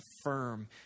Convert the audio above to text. firm